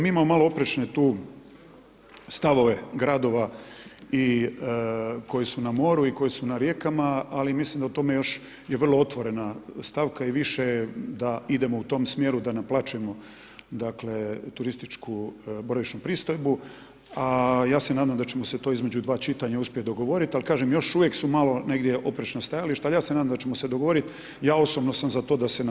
Mi imamo malo oprečne tu stavove gradova i koji su na moru i koji su na rijekama, ali mislim da o tome još je vrlo otvorena stavka i više da idemo u tom smjeru da naplaćujemo dakle turističku boravišnu pristojbu a ja se nadam da ćemo se to između dva čitanja uspjeti dogovoriti ali kažem, još uvijek su malo negdje oprečna stajališta ali ja se nadam da ćemo s dogovorit, ja osobno sam za to da se naplaćuje.